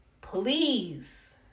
please